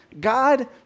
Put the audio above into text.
God